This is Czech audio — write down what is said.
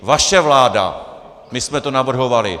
Vaše vláda, když jsme to navrhovali!